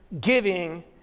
giving